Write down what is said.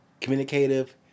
communicative